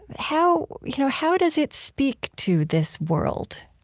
how you know how does it speak to this world?